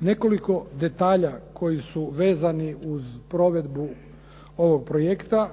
Nekoliko detalja koji su vezani uz provedbu ovog projekta